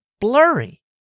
Blurry